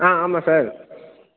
ஆ ஆமாம் சார்